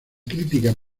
crítica